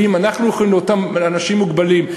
ואם אנחנו יכולים לתת לאותם אנשים מוגבלים,